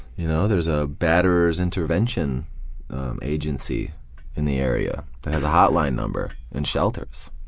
you know there's a batterers' intervention agency in the area that has a hotline number and shelters.